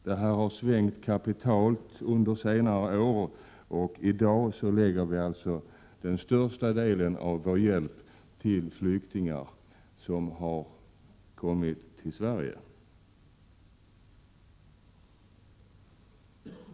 Detta har svängt kapitalt under senare år. I dag ger vi största delen av vår hjälp till flyktingar som har kommit till Sverige.